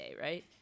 right